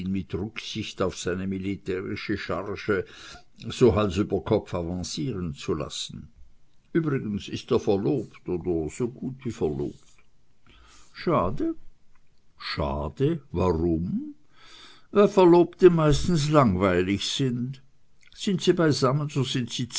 mit rücksicht auf seine militärische charge so hals über kopf avancieren zu lassen übrigens ist er verlobt oder so gut wie verlobt schade schade warum weil verlobte meistens langweilig sind sind sie beisammen so sind sie